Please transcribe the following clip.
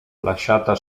lasciata